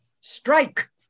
Strike